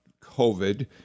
COVID